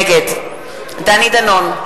נגד דני דנון,